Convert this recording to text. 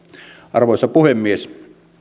arvoisa puhemies